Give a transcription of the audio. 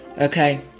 Okay